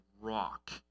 rock